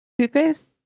Toothpaste